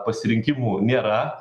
pasirinkimų nėra